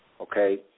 okay